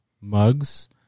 mugs